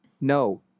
No